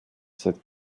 seit